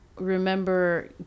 remember